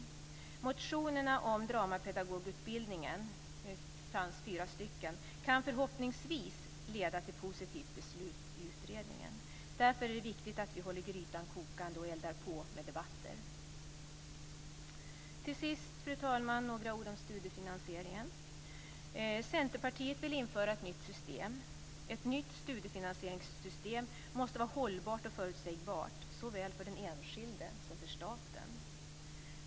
De fyra motionerna om dramapedagogutbildningen kan förhoppningsvis leda till positivt beslut i utredningen. Därför är det viktigt att vi håller grytan kokande och eldar på med debatter. Fru talman! Till sist några ord om studiefinansieringen. Centerpartiet vill införa ett nytt system. Ett nytt studiefinansieringssystem måste vara hållbart och förutsägbart, såväl för den enskilde som för staten.